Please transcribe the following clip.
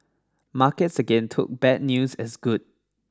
markets again took bad news as good